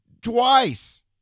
Twice